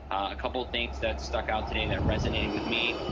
a couple things that stuck out today that resonated with me.